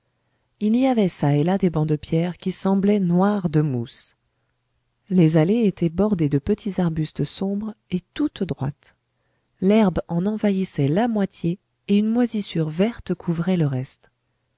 il y avait çà et là des bancs de pierre qui semblaient noirs de mousse les allées étaient bordées de petits arbustes sombres et toutes droites l'herbe en envahissait la moitié et une moisissure verte couvrait le reste